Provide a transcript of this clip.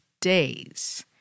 days